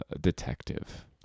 detective